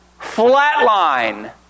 Flatline